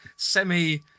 semi